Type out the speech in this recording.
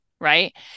Right